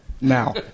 now